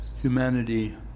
humanity